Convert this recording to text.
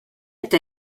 eta